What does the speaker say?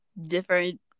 different